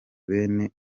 bene